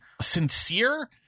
sincere